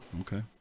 okay